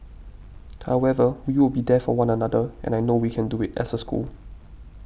however we will be there for one another and I know we can do it as a school